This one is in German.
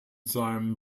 seinem